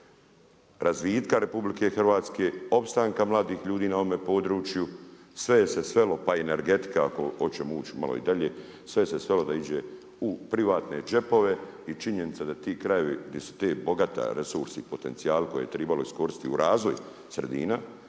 razvitka RH, opstanka mladih ljudi na ovome području. Sve je se svelo pa i energetika ako hoćemo ući i malo dalje, sve se svelo da iđe u privatne džepove i činjenica da ti krajevi gdje su ti bogati resursi i potencijali koje je tribalo iskoristiti u razvoj sredina,